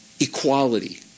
equality